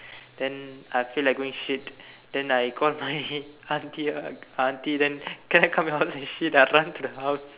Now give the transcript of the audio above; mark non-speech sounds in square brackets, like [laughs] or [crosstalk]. then I feel like going shit then I called my [laughs] auntie ah auntie then can I come your house and shit I run to the house